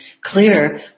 clear